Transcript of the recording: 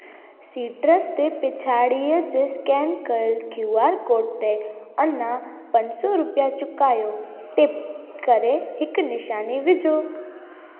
citrus ते पछाड़ीअ जे स्केन कयल क्यू आर कोड ते अञा पंज सौ रुपिया चुकायो टिप करे हिकु निशानी विझो